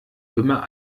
immer